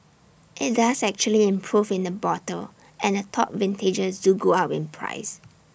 IT does actually improve in the bottle and the top vintages do go up in price